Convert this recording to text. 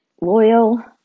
loyal